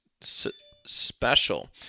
special